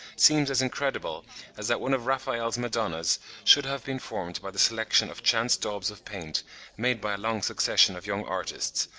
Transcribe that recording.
seems as incredible as that one of raphael's madonnas should have been formed by the selection of chance daubs of paint made by a long succession of young artists,